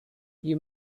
you